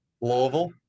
Louisville